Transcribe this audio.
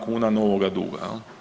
kuna novoga duga.